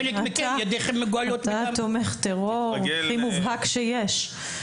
אתה תומך הטרור הכי מובהק שיש.